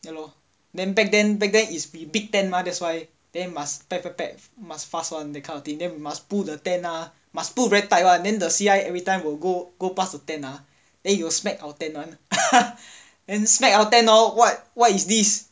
ya lor then back then back then is we big tent mah that's why then must peg peg peg must fast [one] that kind of thing then we must pull the tent ah must pull very tight [one] then the C_I everytime will go go pass the tent ah then she will smack our tent [one] then smack our tent hor then everytime what what is this